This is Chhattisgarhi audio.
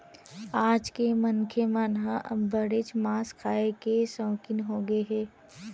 आज के मनखे मन ह अब्बड़ेच मांस खाए के सउकिन होगे हे